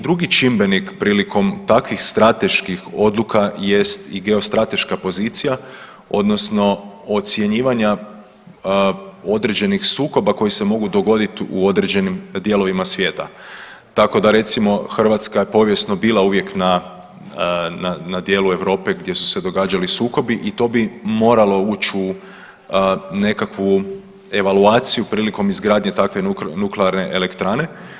Druga, drugi čimbenik prilikom takvih strateških odluka jest i geostrateška pozicija odnosno ocjenjivanja određenih sukoba koji se mogu dogoditi u određenim dijelovima svijeta tako da recimo Hrvatska je povijesno uvijek bila na dijelu Europe gdje su se događali sukobi i to bi moralo ući u nekakvu evaluaciju prilikom izgradnje takve nuklearne elektrane.